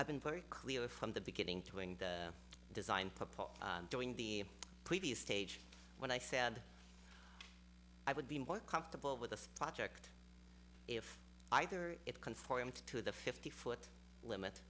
i've been very clear from the beginning to end design proposal during the previous stage when i said i would be more comfortable with the project if either it conforms to the fifty foot limit